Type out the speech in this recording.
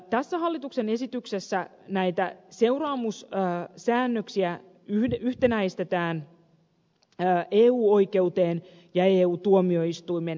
tässä hallituksen esityksessä näitä siunamus ja säännöksiä yhden yhtenäistä seuraamussäännöksiä yhtenäistetään eu oikeuden ja eu tuomioistuimen käytännön kanssa